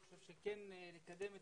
אני חושב שצריך לקדם את